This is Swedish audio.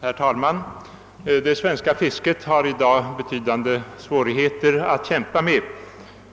Herr talman! Det svenska fisket har i dag betydande svårigheter att kämpa med.